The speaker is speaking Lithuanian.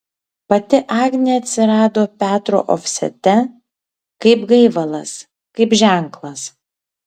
pati agnė atsirado petro ofsete kaip gaivalas kaip ženklas